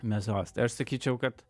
mėsos tai aš sakyčiau kad